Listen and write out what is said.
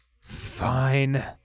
Fine